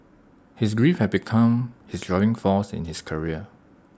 his grief had become his driving force in his career